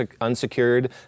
unsecured